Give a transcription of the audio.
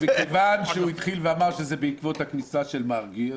מכיוון שהוא התחיל ואמר שזה בעקבות הכניסה של מרגי,